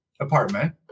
apartment